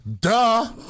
Duh